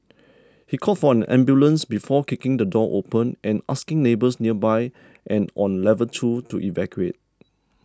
he called for an ambulance before kicking the door open and asking neighbours nearby and on level two to evacuate